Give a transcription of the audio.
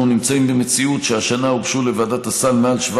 שאנחנו נמצאים במציאות שהשנה הוגשו לוועדת הסל מעל 700